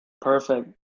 Perfect